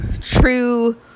true